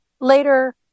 later